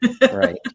Right